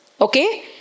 okay